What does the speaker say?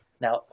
Now